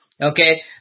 Okay